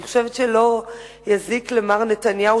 אני חושבת שלא יזיק למר נתניהו,